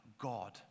God